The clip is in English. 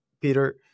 Peter